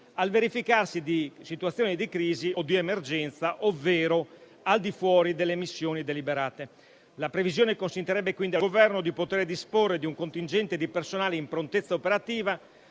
al verificarsi di situazioni di crisi o di emergenza ovvero al di fuori delle missioni deliberate. La previsione consentirebbe quindi al Governo di poter disporre di un contingente di personale in prontezza operativa